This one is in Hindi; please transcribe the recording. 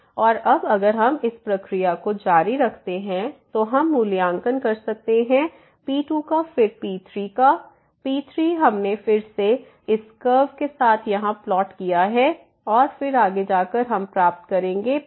और अब अगर हम इस प्रक्रिया को जारी रखते हैं तो हम मूल्यांकन कर सकते हैं P2 का फिर P3 का P3 हमने फिर से इस कर्व के साथ यहां प्लॉट किया है और फिर आगे जाकर हम प्राप्त करेंगे P5